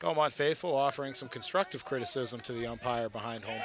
my faithful offering some constructive criticism to the umpire behind home